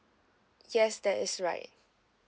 yes that is right